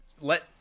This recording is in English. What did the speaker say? let